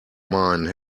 mine